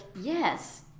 yes